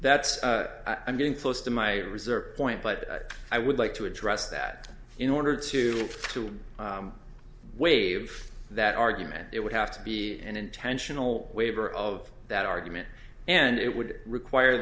that's i'm getting close to my reserved point but i would like to address that in order to to waive that argument there would have to be an intentional waiver of that argument and it would require